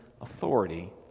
authority